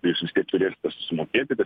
jūs vis tiek turėsite susimokėti